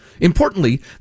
Importantly